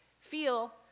feel